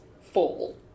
fall